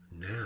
now